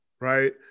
right